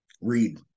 Read